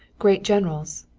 great generals,